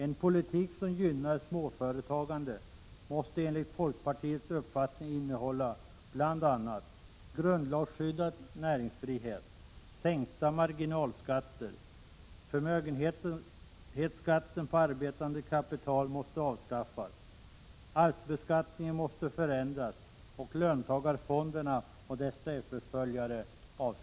En politik som gynnar småföretagande måste enligt folkpartiets uppfattning innehålla bl.a. grundlagsskyddad näringsfrihet, sänkta marginalskatter, förslag om avskaffande av förmögenhetsskatten på arbetande kapital, en förändring av arvsbeskattningen och ett avskaffande av löntagarfonderna och deras efterföljare.